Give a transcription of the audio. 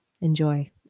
Enjoy